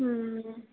ਹੂੰ